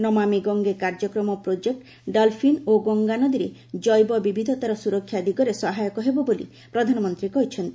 ନମାମି ଗଙ୍ଗେ କାର୍ଯ୍ୟକ୍ରମ project dolphin ଓ ଗଙ୍ଗା ନଦୀରେ ଜୈବ ବିବିଧତାର ସ୍ୱରକ୍ଷା ଦିଗରେ ସହାୟକ ହେବ ବୋଲି ପ୍ରଧାନମନ୍ତ୍ରୀ କହିଛନ୍ତି